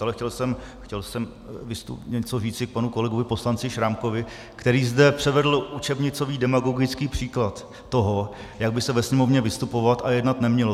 Ale chtěl jsem něco říci k panu kolegovi poslanci Šrámkovi, který zde předvedl učebnicový demagogický příklad toho, jak by se ve Sněmovně vystupovat a jednat nemělo.